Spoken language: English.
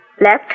left